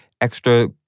extra